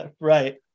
right